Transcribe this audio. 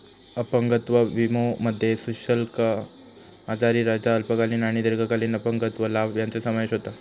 अपंगत्व विमोमध्ये सशुल्क आजारी रजा, अल्पकालीन आणि दीर्घकालीन अपंगत्व लाभ यांचो समावेश होता